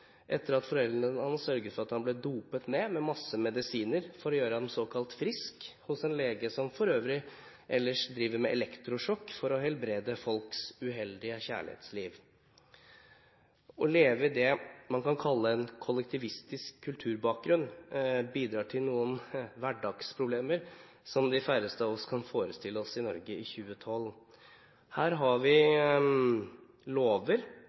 etter at foreldrene hans sørget for at han ble dopet ned med masse medisiner for å gjøre ham såkalt frisk hos en lege, som for øvrig ellers driver med elektrosjokk for å helbrede folk på grunn av deres uheldige kjærlighetsliv. Å leve i det man kan kalle en kollektivistisk kulturbakgrunn, bidrar til noen hverdagsproblemer som de færreste av oss kan forestille oss i Norge i 2012. Her har vi lover